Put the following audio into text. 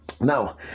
Now